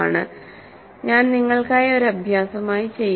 ഇത് ഞാൻ നിങ്ങൾക്കായി ഒരു അഭ്യാസമായി ചെയ്യാം